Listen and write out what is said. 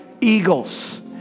eagles